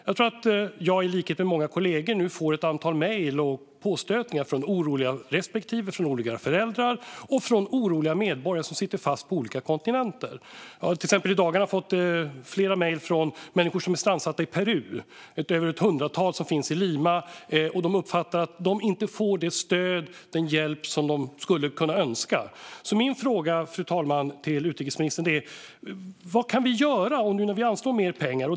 Jag får nu i likhet med många kollegor ett antal mejl och påstötningar från oroliga respektive och föräldrar och från oroliga medborgare som sitter fast på olika kontinenter. I dagarna har jag till exempel fått flera mejl från människor som är strandsatta i Peru. Ett hundratal finns i Lima, och de uppfattar att de inte får det stöd eller den hjälp som de skulle önska. Min fråga till utrikesministern, fru talman, är vad vi kan göra åt detta nu när vi anslår mer pengar.